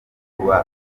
kuba